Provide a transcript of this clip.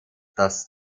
dass